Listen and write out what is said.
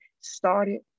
started